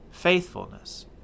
faithfulness